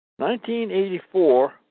1984